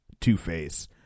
Two-Face